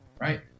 right